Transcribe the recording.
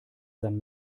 sein